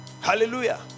Hallelujah